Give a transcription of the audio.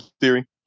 theory